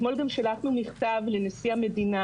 אתמול גם שלחנו מכתב לנשיא המדינה,